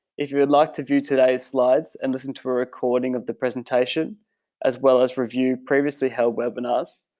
if you would like to view today's slides and listen to a recording of the presentation as well as review previously-held webinars.